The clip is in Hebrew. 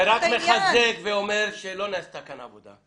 זה רק מחזק ואומר שלא נעשתה כאן עבודה.